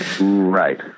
Right